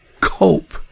cope